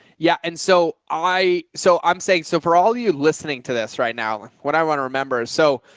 yeah. and so i, so i'm saying, so for all of you listening to this right now, what i want to remember, so.